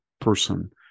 person